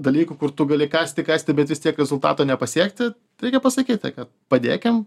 dalykų kur tu gali kasti kasti bet vis tiek rezultato nepasiekti reikia pasakyti kad padėkim